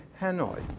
Hanoi